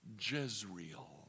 Jezreel